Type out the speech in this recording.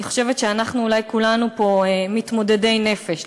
אני חושבת שאנחנו אולי כולנו פה מתמודדי נפש,